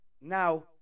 Now